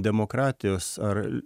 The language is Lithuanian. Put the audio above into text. demokratijos ar